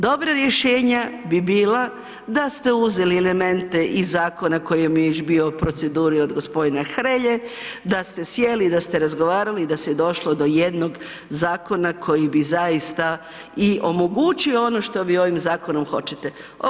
Dobra rješenja bi bila da ste uzeli elemente iz zakona koji vam je već bio u proceduri od gospodina Hrelje, da ste sjeli i da ste razgovarali i da se je došlo do jednog zakona koji bi zaista i omogućio ono što vi ovim zakonom hoćete.